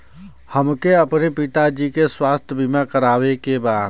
हमके अपने पिता जी के स्वास्थ्य बीमा करवावे के बा?